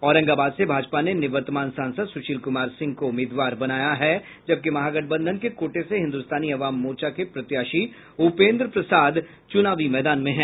औरंगाबाद से भाजपा ने निवर्तमान सांसद सुशील कुमार सिंह को उम्मीदवार बनाया है जबकि महागठबंधन के कोटे से हिन्दुस्तानी अवाम मोर्चा के प्रत्याशी उपेन्द्र प्रसाद चुनावी मैदान में हैं